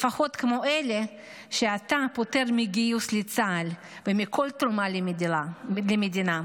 לפחות כמו אלה שאתה פותר מגיוס לצה"ל ומכל תרומה למדינה,